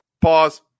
Pause